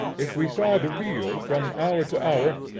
if we saw the real from hour to hour,